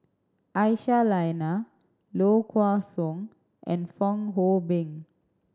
Aisyah Lyana Low Kway Song and Fong Hoe Beng